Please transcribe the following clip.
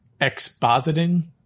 expositing